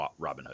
Robinhood